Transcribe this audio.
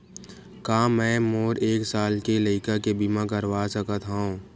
का मै मोर एक साल के लइका के बीमा करवा सकत हव?